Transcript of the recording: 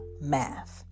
math